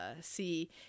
see